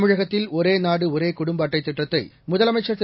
தமிழகத்தில் ஒரே நாடு ஒரே குடும்ப அட்டை திட்டத்தை முதலமைச்சர் திரு